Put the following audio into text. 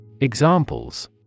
Examples